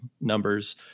numbers